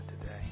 today